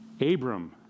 Abram